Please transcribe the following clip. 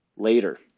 Later